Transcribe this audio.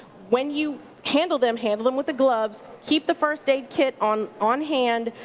when you handle them, handle them with a glove, keep the first aid kit on on hand,